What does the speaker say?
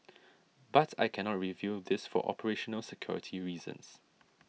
but I cannot reveal this for operational security reasons